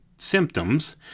symptoms